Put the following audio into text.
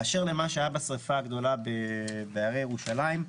באשר למה שהיה בשריפה הגדולה בהרי ירושלים,